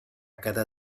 cada